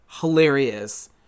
Hilarious